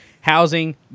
Housing